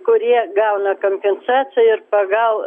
kurie gauna kompensaciją ir pagal